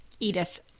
Edith